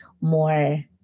more